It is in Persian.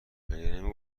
نمی